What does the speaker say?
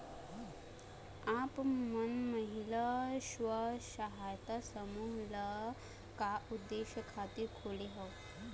आप मन महिला स्व सहायता समूह ल का उद्देश्य खातिर खोले हँव?